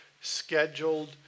scheduled